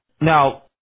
now